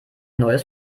neues